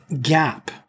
gap